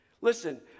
Listen